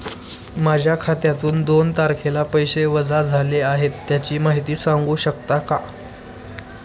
माझ्या खात्यातून दोन तारखेला पैसे वजा झाले आहेत त्याची माहिती सांगू शकता का?